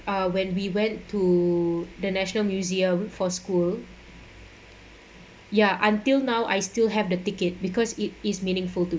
uh when we went to the national museum for school ya until now I still have the ticket because it is meaningful to